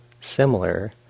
similar